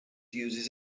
uses